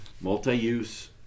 multi-use